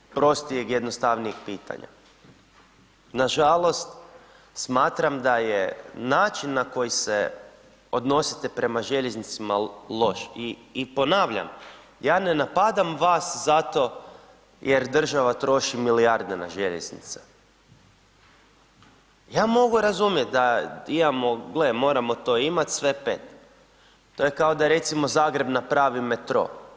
Ima li prostijeg i jednostavnije pitanja, nažalost smatram da je način na koji se odnosite prema željeznicama loš i ponavljam ja ne napadam vas zato jer država troši milijarde na željeznice, ja mogu razumjet da imao, gle moramo to imat, sve pet, to je kao da recimo Zagreb napravi metro.